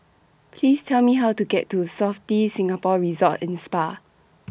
Please Tell Me How to get to Sofitel Singapore Resort and Spa